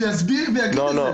שיסביר ויגיד את זה.